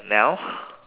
now